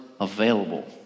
available